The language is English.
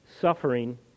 suffering